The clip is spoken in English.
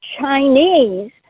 Chinese